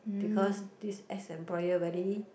because this ex employer very